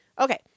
Okay